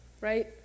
right